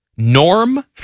Norm